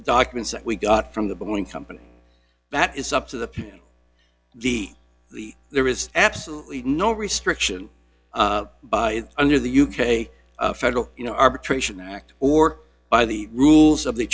documents that we got from the boeing company that it's up to the ph d the there is absolutely no restriction by under the u k federal you know arbitration act or by the rules of the